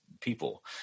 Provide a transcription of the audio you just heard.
people